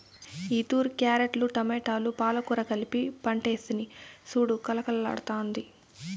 ఈతూరి క్యారెట్లు, టమోటాలు, పాలకూర కలిపి పంటేస్తిని సూడు కలకల్లాడ్తాండాది